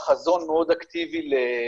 אני אפרט קצת על החזון וגם טיפה אני אגיע לבעיות